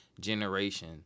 generation